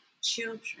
children